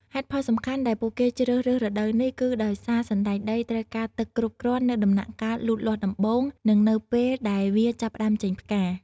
ហេតុផលសំខាន់ដែលពួកគេជ្រើសរើសរដូវនេះគឺដោយសារសណ្ដែកដីត្រូវការទឹកគ្រប់គ្រាន់នៅដំណាក់កាលលូតលាស់ដំបូង និងនៅពេលដែលវាចាប់ផ្ដើមចេញផ្កា។